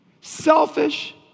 selfish